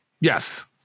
Yes